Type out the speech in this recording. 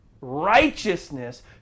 righteousness